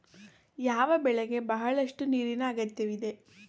ಯಾವ ಬೆಳೆಗೆ ಬಹಳಷ್ಟು ನೀರಿನ ಅಗತ್ಯವಿದೆ?